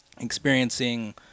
experiencing